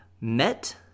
MET